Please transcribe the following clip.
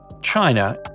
China